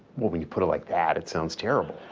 well when you put it like that, it sounds terrible.